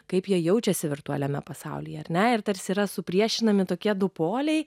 kaip jie jaučiasi virtualiame pasaulyje ar ne ir tarsi yra supriešinami tokie du poliai